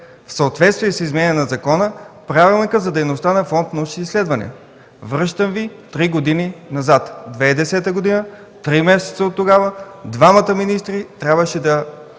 в съответствие с измененията в закона Правилника за дейността на Фонд „Научни изследвания”. Връщам Ви три години назад – в 2010 г., три месеца оттогава двамата министри трябваше да